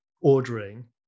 ordering